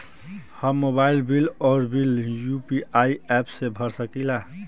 हम mobile bill और bill UPI app से भर सकिला